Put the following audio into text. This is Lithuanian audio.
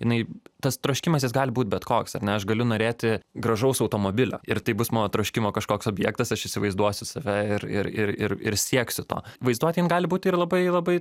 jinai tas troškimas jis gali būt bet koks ar ne aš galiu norėti gražaus automobilio ir tai bus mano troškimo kažkoks objektas aš įsivaizduosiu save ir ir ir ir ir sieksiu to vaizduotė jin gali būt ir labai labai